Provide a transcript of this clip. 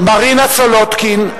מרינה סולודקין,